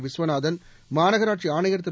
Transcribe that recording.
விஸ்வநாதன் மாநகராட்சி ஆணையா் திரு